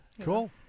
Cool